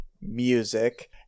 music